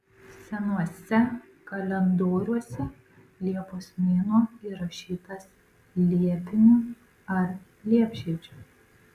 senuose kalendoriuose liepos mėnuo įrašytas liepiniu ar liepžiedžiu